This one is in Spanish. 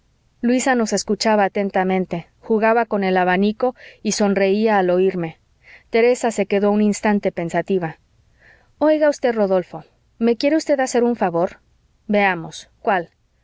luisa nos escuchaba atentamente jugaba con el abanico y sonreía al oirme teresa se quedó un instante pensativa oiga usted rodolfo me quiere usted hacer un favor veamos cuál